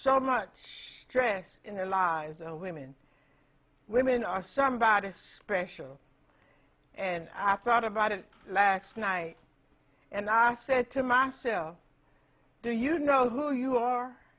so much stress in their lives and women women are somebody is special and i've thought about it lacks night and i said to myself do you know who you are